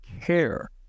care